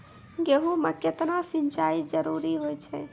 गेहूँ म केतना सिंचाई जरूरी होय छै?